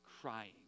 crying